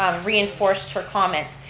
um reinforced for comment,